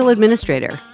Administrator